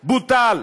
בוטל.